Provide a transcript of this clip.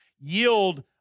yield